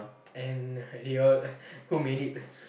and did you all who made it